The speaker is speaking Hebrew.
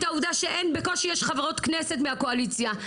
את העובדה שבקושי יש חברות כנסת מהקואליציה,